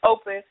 open